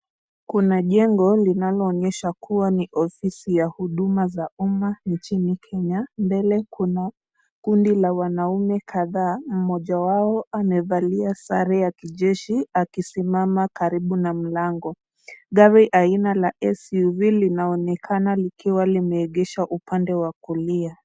Kuna jengo linalo onyesha kuwa ni ofisi ya huduma za uma nchini Kenya. Mbele kuna kundi la wanaume kadhaa, mmoja wao amevalia sare ya kijeshi akisimama karibu na mlango. Gari aina la SUV linaonekana likiwa limeegeshwa upande wa kulia.